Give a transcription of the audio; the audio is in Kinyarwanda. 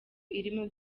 irimo